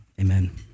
amen